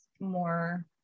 more